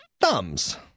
thumbs